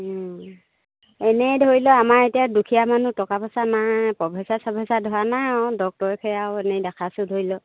এনেই ধৰি লওক আমাৰ এতিয়া দুখীয়া মানুহ টকা পইচা নাই প্ৰফেচাৰ চফেচাৰ ধৰা নাই আৰু ডক্তৰকহে আৰু এনেই দেখাছোঁ ধৰি লওক